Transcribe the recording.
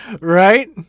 right